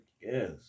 Yes